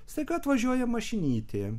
staiga atvažiuoja mašinytė